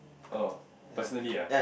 oh personally ah